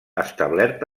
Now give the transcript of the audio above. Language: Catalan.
establert